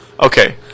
Okay